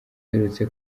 uherutse